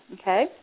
okay